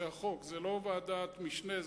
זו לא ועדת משנה,